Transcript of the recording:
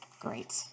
Great